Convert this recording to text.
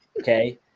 okay